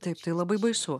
taip tai labai baisu